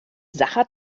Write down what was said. sacher